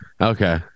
Okay